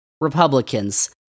Republicans